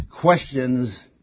questions